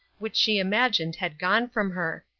which she imagined had gone from her.